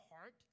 heart